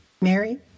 Mary